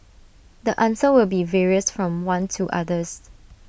the answer will be various from one to others